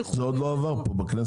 זה עוד לא עבר בכנסת.